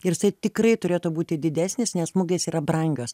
ir isai tikrai turėtų būti didesnis nes mugės yra brangios